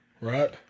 right